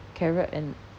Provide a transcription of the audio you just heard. carrot and